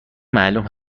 معلوم